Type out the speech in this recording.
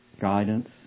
guidance